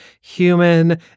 human